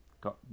got